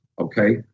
Okay